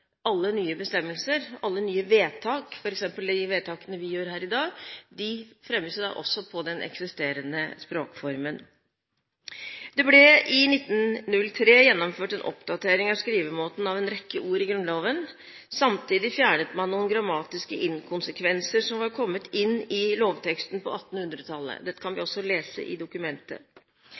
alle nye bestemmelser, alle nye vedtak – f.eks. de vedtakene vi gjør her i dag – også fremmes på den eksisterende språkformen. Det ble i 1903 gjennomført en oppdatering av skrivemåten av en rekke ord i Grunnloven. Samtidig fjernet man noen grammatiske inkonsekvenser som var kommet inn i lovteksten på 1800-tallet. Dette kan vi også lese i dokumentet.